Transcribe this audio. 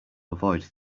avoid